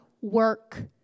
work